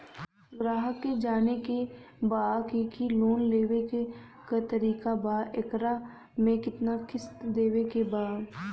ग्राहक के जाने के बा की की लोन लेवे क का तरीका बा एकरा में कितना किस्त देवे के बा?